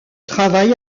travail